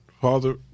Father